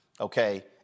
okay